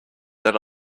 that